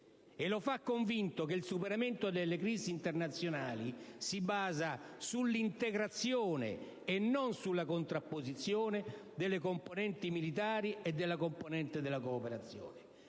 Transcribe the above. E lo fa convinto che il superamento delle crisi internazionali si basa sull'integrazione e non sulla contrapposizione della componente militare e della componente della cooperazione,